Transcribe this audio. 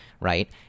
right